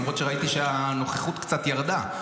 למרות שראיתי שהנוכחות קצת ירדה.